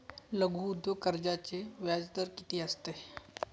लघु उद्योग कर्जाचे व्याजदर किती असते?